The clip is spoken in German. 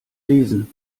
lesen